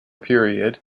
period